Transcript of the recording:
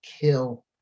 kill